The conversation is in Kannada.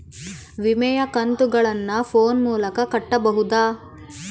ವಿಮೆಯ ಕಂತುಗಳನ್ನ ಫೋನ್ ಮೂಲಕ ಕಟ್ಟಬಹುದಾ?